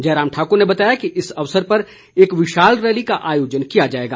जयराम ठाकुर ने बताया कि इस अवसर पर एक विशाल रैली का आयोजन किया जाएगा